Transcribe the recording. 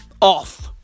off